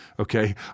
Okay